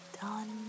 done